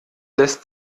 lässt